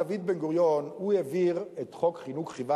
דוד בן-גוריון העביר את חוק חינוך חובה